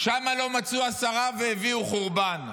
שם לא מצאו עשרה והביאו חורבן,